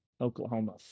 Oklahoma